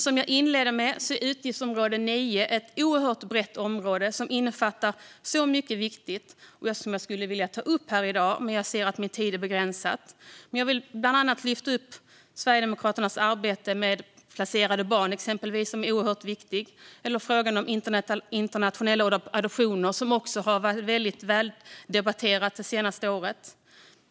Som jag inledde med att säga är utgiftsområde 9 ett oerhört brett område som innefattar mycket viktigt som jag skulle vilja ta upp här i dag, men min tid är begränsad. Jag vill ändå exempelvis lyfta fram Sverigedemokraternas arbete med placerade barn, vilket är en oerhört viktig fråga, och frågan om internationella adoptioner, som också har varit väldigt väldebatterad det senaste året.